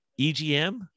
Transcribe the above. EGM